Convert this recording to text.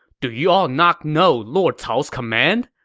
do you all not know lord cao's command?